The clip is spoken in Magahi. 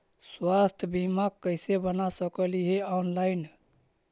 स्वास्थ्य बीमा कैसे बना सकली हे ऑनलाइन?